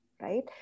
right